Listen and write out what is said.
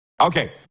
Okay